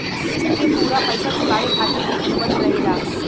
क़िस्त के पूरा पइसा चुकावे खातिर भी अनुबंध रहेला